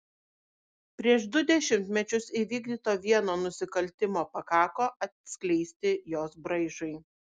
prieš du dešimtmečius įvykdyto vieno nusikaltimo pakako atskleisti jos braižui